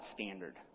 standard